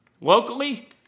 Locally